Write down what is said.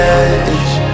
edge